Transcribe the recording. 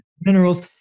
minerals